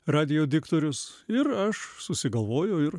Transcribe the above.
radijo diktorius ir aš susigalvojau ir